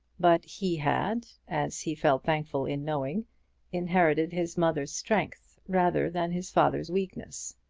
but he had as he felt thankful in knowing inherited his mother's strength rather than his father's weakness.